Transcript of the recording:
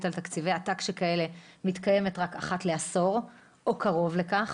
על תקציבי עתק שכאלה מתקיימת רק אחת לעשור או קרוב לכך,